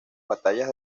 batallas